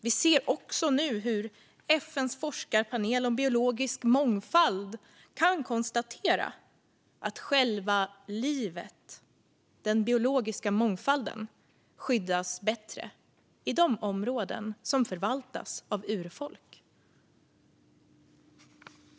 Vi ser också nu hur FN:s forskarpanel om biologisk mångfald kan konstatera att själva livet, den biologiska mångfalden, skyddas bättre i de områden som förvaltas av urfolk.